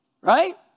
right